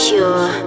Pure